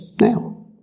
now